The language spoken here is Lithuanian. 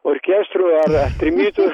orkestrų ar trimitų